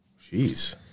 Jeez